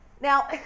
Now